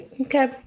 okay